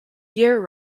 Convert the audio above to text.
year